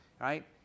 right